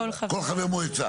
לכל חבר מועצה,